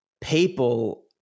people